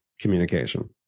communication